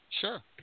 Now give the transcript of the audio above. Sure